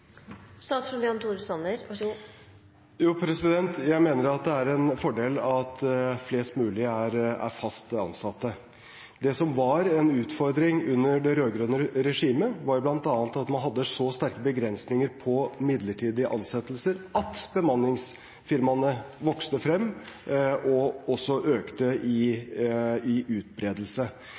Jeg mener at det er en fordel at flest mulig er fast ansatt. Det som var en utfordring under det rød-grønne regimet, var bl.a. at man hadde så sterke begrensninger på midlertidige ansettelser at bemanningsfirmaene vokste frem og også økte i utbredelse. For oss er det viktig at vi har fast ansettelse som hovedregel, men vi trenger også en fleksibilitet i